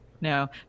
No